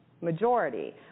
majority